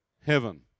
Heaven